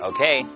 Okay